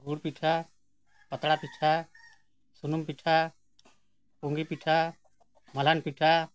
ᱜᱩᱲ ᱯᱤᱴᱷᱟᱹ ᱯᱟᱛᱲᱟ ᱯᱤᱴᱷᱟᱹ ᱥᱩᱱᱩᱢ ᱯᱤᱴᱷᱟᱹ ᱯᱩᱝᱜᱤ ᱯᱤᱴᱷᱟᱹ ᱢᱟᱞᱦᱟᱱ ᱯᱤᱴᱷᱟᱹ